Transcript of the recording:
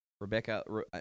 Rebecca